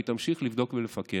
והיא תמשיך לבדוק ולפקח,